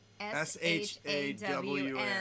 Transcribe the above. S-H-A-W-N